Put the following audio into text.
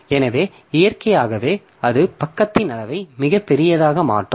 எனவே இயற்கையாகவே அது பக்கத்தின் அளவை மிகப் பெரியதாக மாற்றும்